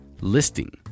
listing